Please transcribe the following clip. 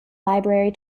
library